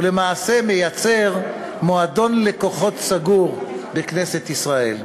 ולמעשה מייצר מועדון לקוחות סגור בכנסת ישראל.